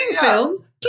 film